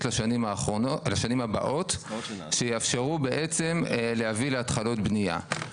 לשנים הבאות שיאפשרו בעצם להביא להתחלות בנייה.